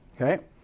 okay